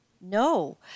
No